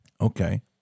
Okay